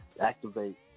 activate